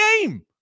game